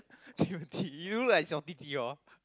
Timothy you look like 小弟弟 hor